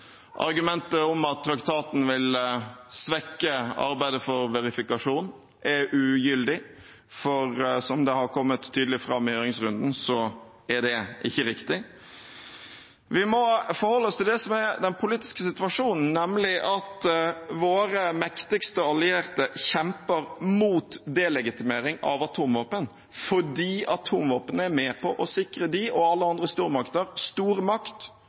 Argumentet om at traktaten vil svekke arbeidet for verifikasjon, er ugyldig, for, som det har kommet tydelig fram i høringsrunden, er det ikke riktig. Vi må forholde oss til det som er den politiske situasjonen, nemlig at våre mektigste allierte kjemper imot delegitimering av atomvåpen fordi atomvåpen er med på å sikre dem og alle andre stormakter stor makt,